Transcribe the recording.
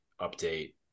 update